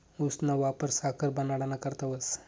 ऊसना वापर साखर बनाडाना करता व्हस